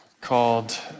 called